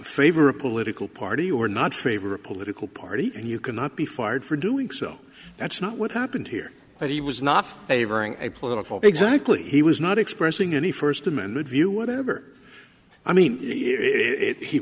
favor a political party or not favor a political party and you cannot be fired for doing so that's not what happened here but he was not favoring a political exactly he was not expressing any first amendment view whatever i mean it